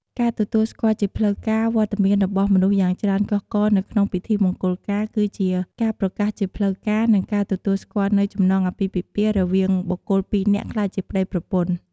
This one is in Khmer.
ការទទួលស្គាល់ជាផ្លូវការ វត្តមានរបស់មនុស្សយ៉ាងច្រើនកុះករនៅក្នុងពិធីមង្គលការ គឺជាការប្រកាសជាផ្លូវការ និងការទទួលស្គាល់នូវចំណងអាពាហ៍ពិពាហ៍រវាងបុគ្គលពីរនាក់ក្លាយជាប្ដីប្រពន្ធ។